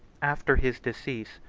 after his decease,